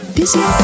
busy